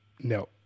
no